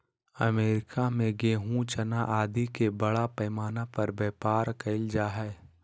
America में गेहूँ, चना आदि के बड़ा पैमाना पर व्यापार कइल जा हलय